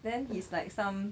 then he's like some